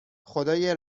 خدای